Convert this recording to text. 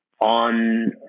on